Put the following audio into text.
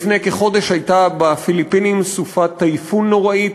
לפני כחודש הייתה בפיליפינים סופת טייפון נוראית